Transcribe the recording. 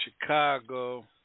Chicago